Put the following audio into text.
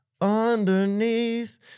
Underneath